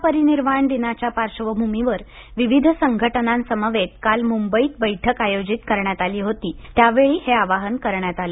महापरिनिर्वाण दिनाच्या पार्श्वभूमीवर विविध संघटनांसमवेत काल मुंबईत बैठक आयोजित करण्यात आली होती त्यावेळी हे आवाहन करण्यात आलं